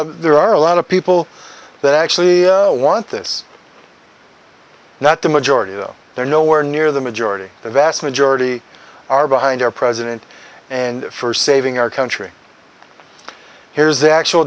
of there are a lot of people that actually want this not the majority though they're nowhere near the majority the vast majority are behind our president and for saving our country here's the actual